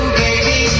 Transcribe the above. baby